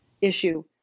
issue